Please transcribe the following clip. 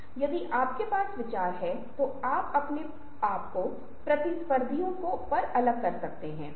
तो आप देखते हैं कि यदि आप बहुत हताश चीजों के बीच समानता बनाने के लिए जाना चाहते हैं हम ऐसा करते रहते हैं